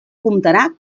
comptarà